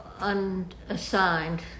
unassigned